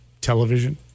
television